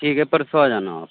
ٹھیک ہے پرسوں آ جانا آپ